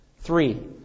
Three